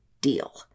deal